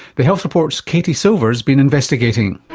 the health report's katie silver's been investigating.